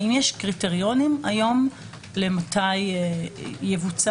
האם יש קריטריונים היום מתי יאפשר